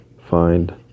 find